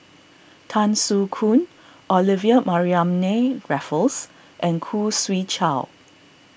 Tan Soo Khoon Olivia Mariamne Raffles and Khoo Swee Chiow